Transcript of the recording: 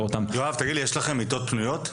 יואב, תגיד לי יש לכם מיטות פנויות,